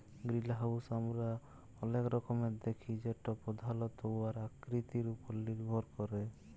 greenhouse আমরা অলেক রকমের দ্যাখি যেট পধালত উয়ার আকৃতির উপর লির্ভর ক্যরে